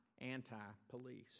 anti-police